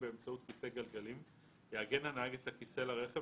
באמצעות כיסא גלגלים יעגן הנהג את הכיסא לרכב,